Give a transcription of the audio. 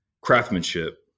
craftsmanship